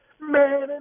Man